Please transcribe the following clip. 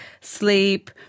sleep